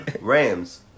Rams